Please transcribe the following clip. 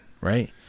right